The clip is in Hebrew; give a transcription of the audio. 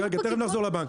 רגע, רגע, תכף נחזור לבנקים.